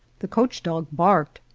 the coach-dog barked,